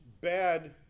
bad